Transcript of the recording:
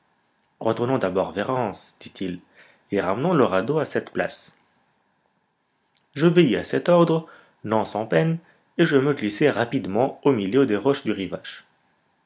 retournons d'abord vers hans dit-il et ramenons le radeau à cette place j'obéis à cet ordre non sans peine et je me glissai rapidement au milieu des roches du rivage